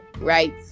right